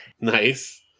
Nice